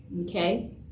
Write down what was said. okay